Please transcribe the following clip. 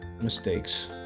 mistakes